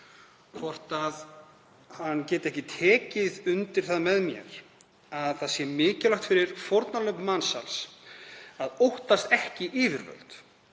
hvort hann geti ekki tekið undir það með mér að það sé mikilvægt fyrir fórnarlömb mansals að óttast ekki yfirvöld